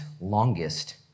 longest